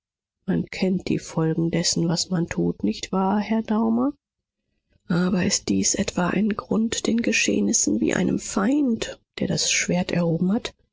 man kennt die folgen dessen was man tut nicht wahr herr daumer aber ist dies etwa ein grund den geschehnissen wie einem feind der das schwert erhoben hat